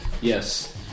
Yes